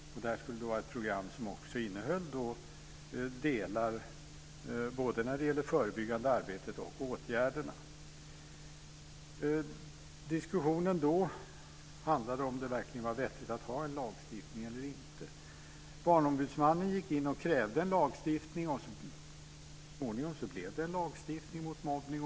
Där skulle det vara ett program som också innehöll delar när det gäller både det förebyggande arbetet och åtgärderna. Det diskussionen då handlade om var om det verkligen var vettigt att ha en lagstiftning. Barnombudsmannen gick in och krävde lagstiftning. Så småningom blev det en lagstiftning mot mobbning.